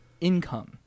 income